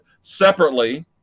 separately